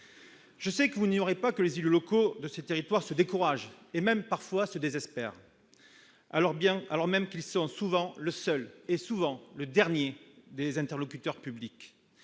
le sais, vous n'ignorez pas que les élus locaux de ces territoires se découragent et que même, parfois, ils désespèrent, alors qu'ils sont souvent le seul et le dernier interlocuteur public.